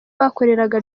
bakoreraga